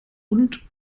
und